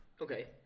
Okay